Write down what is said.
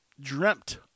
dreamt